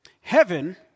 Heaven